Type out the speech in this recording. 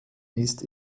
ist